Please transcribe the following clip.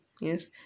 Yes